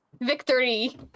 Victory